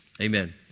Amen